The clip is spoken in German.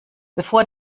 bevor